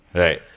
right